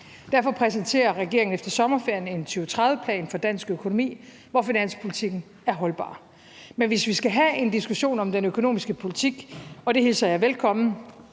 Derfor præsenterer regeringen efter sommerferien en 2030-plan for dansk økonomi, hvor finanspolitikken er holdbar. Men hvis vi skal have en diskussion om den økonomiske politik, og det hilser jeg velkomment,